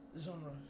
genre